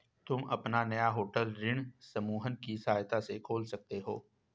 तुम अपना नया होटल ऋण समूहन की सहायता से खोल सकते हो